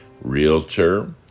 realtor